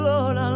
Lord